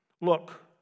Look